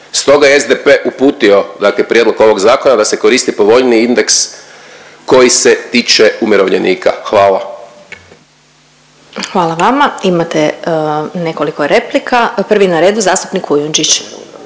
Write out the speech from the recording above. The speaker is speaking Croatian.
Stoga je SDP uputio, dakle prijedlog ovog Zakona da se koristi povoljniji indeks koji se tiče umirovljenika. Hvala. **Glasovac, Sabina (SDP)** Hvala vama. Imate nekoliko replika. Prvi na redu, zastupnik Kujundžić.